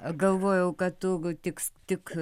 galvojau kad tu tiks tik